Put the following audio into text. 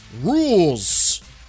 rules